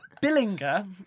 Billinger